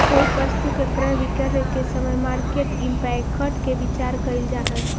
कोई वस्तु के क्रय विक्रय के समय मार्केट इंपैक्ट के विचार कईल जा है